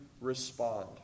respond